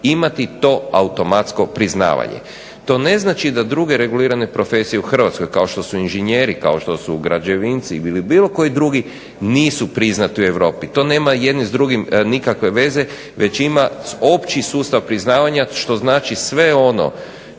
imati to automatsko priznavanje. To ne znači da druge regulirane profesije u Hrvatskoj kao što su inženjeri, kao što su građevinci ili bilo koji drugi nisu priznati u Europi. To nema jedno s drugim nikakve veze, već ima opći sustav priznavanja što znači sve ono